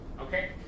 Okay